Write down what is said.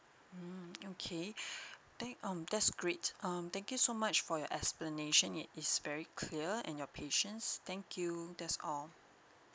um okay thank um that's great um thank you so much for your explanation it is very clear and your patience thank you that's all